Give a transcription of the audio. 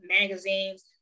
magazines